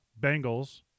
Bengals